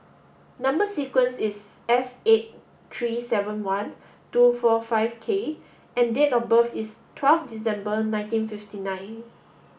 number sequence is S eight three seven one two four five K and date of birth is twelve December nineteen fifty nine